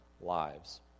lives